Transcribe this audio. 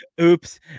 Oops